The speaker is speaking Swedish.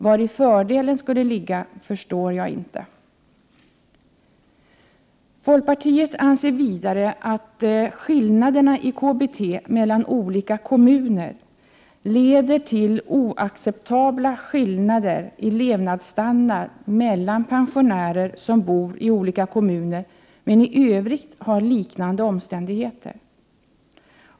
Vari fördelen skulle ligga förstår jag inte. Folkpartiet anser vidare att skillnaden i storlek på KBT i olika kommuner leder till oacceptabla skillnader i levnadsstandard mellan pensionärer som bortsett från hemkommun har likartade förhållanden.